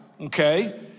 Okay